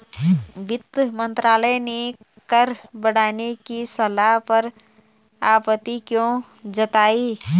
वित्त मंत्रालय ने कर बढ़ाने की सलाह पर आपत्ति क्यों जताई?